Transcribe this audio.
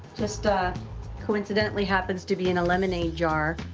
just, ah coincidentally, happens to be in a lemonade jar.